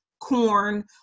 corn